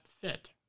fit